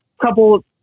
couple